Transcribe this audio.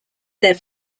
their